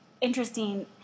interesting